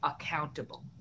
accountable